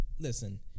Listen